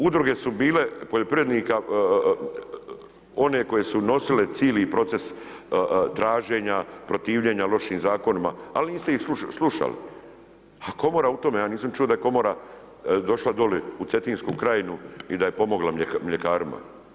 Udruge su bili poljoprivrednika, one koji su nosili cijeli proces traženja, protivljenja loših zakonima, ali niste ih slušali, ali Komora, u tome, ja nisam čuo da je Komora došla dole u Cetinsku krajinu i da je pomogla mljekarima.